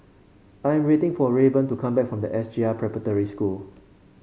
I'm waiting for Rayburn to come back from the S J I Preparatory School